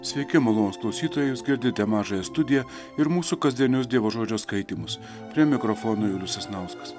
sveiki malonūs klausytojai jūs girdite mažąją studiją ir mūsų kasdienius dievo žodžio skaitymus prie mikrofono julius sasnauskas